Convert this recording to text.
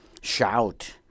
shout